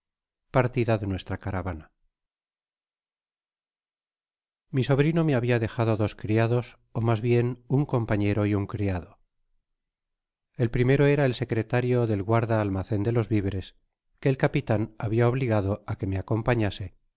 partida de nuestra caravana mi sobrino me habia dejado dos criados ó mas bien un compañero y un criado el primero era el secretario del guarda almacen de los viveres que el capitan habia obligado á que me acompañase y